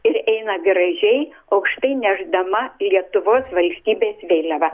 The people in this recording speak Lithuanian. ir eina gražiai aukštai nešdama lietuvos valstybės vėliavą